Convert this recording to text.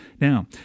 Now